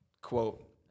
quote